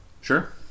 Sure